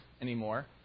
anymore